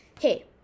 Hey